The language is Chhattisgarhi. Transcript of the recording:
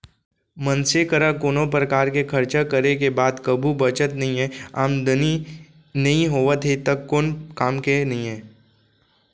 मनसे करा कोनो परकार के खरचा करे के बाद कभू बचत नइये, आमदनी नइ होवत हे त कोन काम के नइ हे